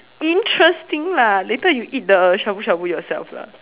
interesting lah later you eat the shabu-shabu yourself lah